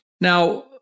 Now